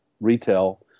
retail